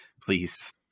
please